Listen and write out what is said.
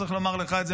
לא צריך לומר לך את זה,